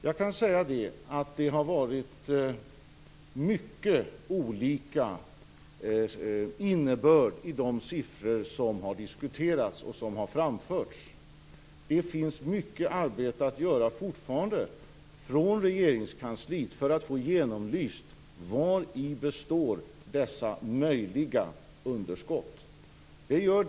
Jag kan säga att det har varit mycket olika innebörd i de siffror som har diskuterats och som har framförts. Det finns fortfarande mycket arbete att göra för Regeringskansliet för att få genomlyst vari dessa möjliga underskott består.